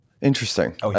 Interesting